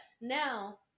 now